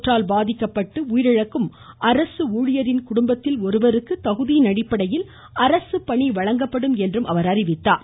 தொற்றால் பாதிக்கப்பட்டு உயிரிழக்கும் அரசு ஊழியரின் குடும்பத்தில் ஒருவருக்கு தகுதியின் அடிப்படையில் அரசு பணி வழங்கப்படும் என்றார்